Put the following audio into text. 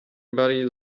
body